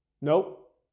nope